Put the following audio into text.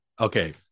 okay